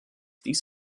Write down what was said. dies